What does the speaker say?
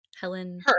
Helen